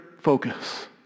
focus